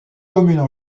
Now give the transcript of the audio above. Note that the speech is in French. communes